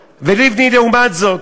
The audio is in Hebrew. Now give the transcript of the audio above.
לבני, לעומת זאת,